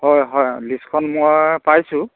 হয় হয় লিষ্টখন মই পাইছোঁ